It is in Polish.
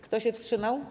Kto się wstrzymał?